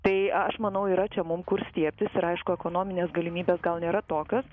tai aš manau yra čia mums kur stiebtis ir aišku ekonominės galimybės gal nėra tokios